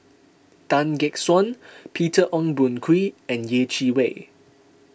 Tan Gek Suan Peter Ong Boon Kwee and Yeh Chi Wei